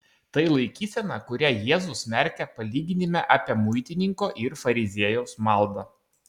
tai laikysena kurią jėzus smerkia palyginime apie muitininko ir fariziejaus maldą